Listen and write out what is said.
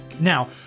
Now